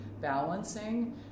balancing